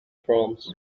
proms